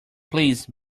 please